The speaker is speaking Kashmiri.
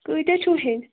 کۭتیٛاہ چھُو ہیٚںۍ